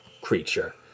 creature